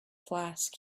flask